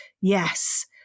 Yes